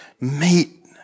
meet